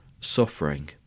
suffering